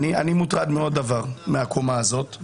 אני מוטרד מעוד דבר מהקומה הזאת,